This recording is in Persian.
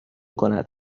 کند